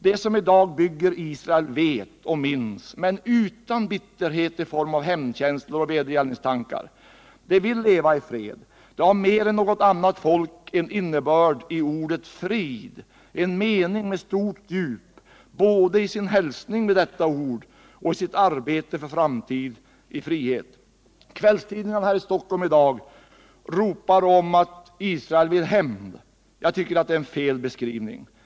De som i dag bygger Israel vet och minns men utan bitterhet i form av hämndkänslor och vedergällningstankar. De vill leva i fred, de har mer än något annat folk en innebörd i ordet Frid, en mening med stort djup både i sin hälsning med detta ord och sitt arbete för framtid i frihet. Kvällstidningarna här i Stockholm i dag ropar att Israel vill hämnd. Det är en felaktig beskrivning, tycker jag.